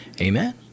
amen